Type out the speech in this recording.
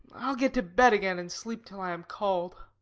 i'll get to bed again, and sleep till i am called.